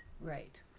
Right